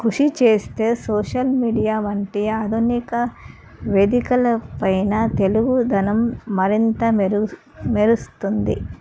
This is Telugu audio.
కృషి చేస్తే సోషల్ మీడియా వంటి ఆధునిక వేదికల పైన తెలుగుదనం మరింత మెరు మెరుస్తుంది